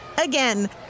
Again